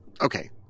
Okay